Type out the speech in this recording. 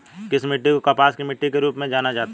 किस मिट्टी को कपास की मिट्टी के रूप में जाना जाता है?